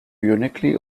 uniquely